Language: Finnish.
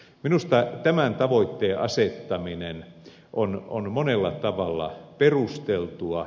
minusta tämän tavoitteen asettaminen on monella tavalla perusteltua